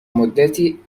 مدتی